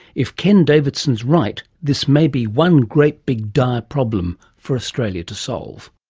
if ken davidson's right, this may be one great big dire problem for australia to solve.